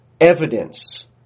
evidence